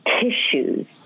tissues